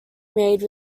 made